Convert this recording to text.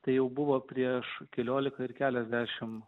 tai jau buvo prieš keliolika ar keliasdešimt